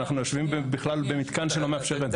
אנחנו יושבים בכלל במתקן שלא מאפשר את זה.